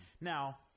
Now